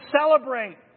celebrate